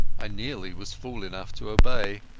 i nearly was fool enough to obey.